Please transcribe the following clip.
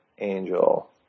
Angel